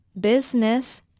business